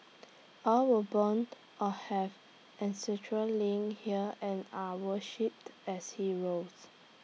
all were born or have ancestral links here and are worshipped as heroes